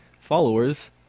followers